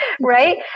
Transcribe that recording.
right